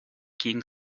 quien